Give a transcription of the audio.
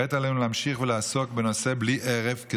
כעת עלינו להמשיך לעסוק בנושא בלי הרף,